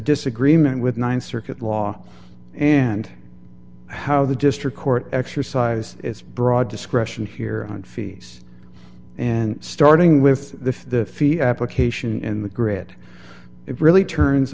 disagreement with th circuit law and how the district court exercise its broad discretion here on fees and starting with the fee application in the grid it really turns